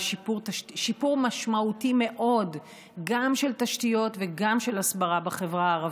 ושיפור משמעותי מאוד גם של תשתיות וגם של הסברה בחברה הערבית.